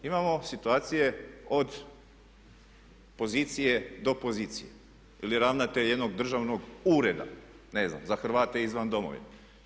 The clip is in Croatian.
Imamo situacije od pozicije do pozicije ili ravnatelj jednog državnog ureda, ne znam, za Hrvate izvan Domovine.